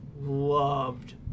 loved